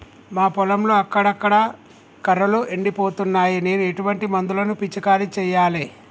మా పొలంలో అక్కడక్కడ కర్రలు ఎండిపోతున్నాయి నేను ఎటువంటి మందులను పిచికారీ చెయ్యాలే?